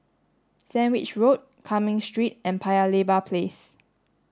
Sandwich Road Cumming Street and Paya Lebar Place